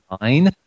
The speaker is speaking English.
nine